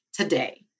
today